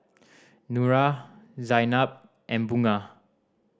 Nura Zaynab and Bunga